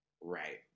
right